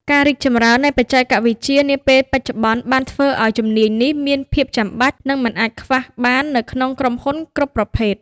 ការរីកចម្រើននៃបច្ចេកវិទ្យានាពេលបច្ចុប្បន្នបានធ្វើឱ្យជំនាញនេះមានភាពចាំបាច់និងមិនអាចខ្វះបាននៅក្នុងក្រុមហ៊ុនគ្រប់ប្រភេទ។